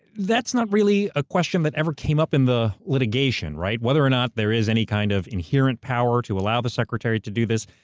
that's not really a question that ever came up in the litigation, right? whether there is any kind of inherent power to allow the secretary to do this.